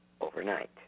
overnight